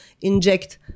inject